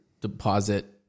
deposit